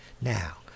Now